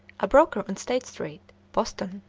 a broker on state street, boston,